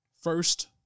first